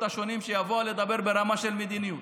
השונים שיבואו לדבר ברמה של מדיניות.